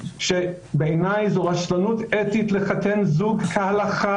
שבעיניי זאת רשלנות אתית לחתן זוג כהלכה